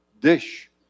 dish